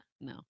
No